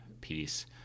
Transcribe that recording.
piece